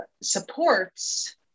supports